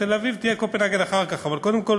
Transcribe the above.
תל-אביב תהיה קופנהגן אחר כך, אבל קודם כול